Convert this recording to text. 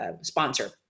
sponsor